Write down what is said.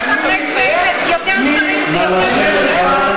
נא לשבת.